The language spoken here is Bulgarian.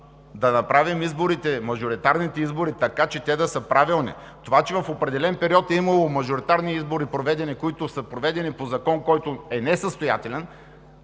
да направим изборите – мажоритарните избори, така че те да са правилни. Това че в определен период е имало проведени мажоритарни избори, които са проведени по закон, който е несъстоятелен,